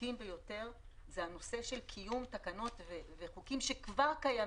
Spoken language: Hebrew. הבולטים ביותר זה הנושא של קיום תקנות וחוקים שכבר קיימים,